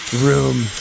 room